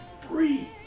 free